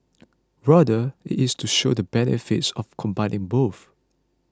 rather it is to show the benefits of combining both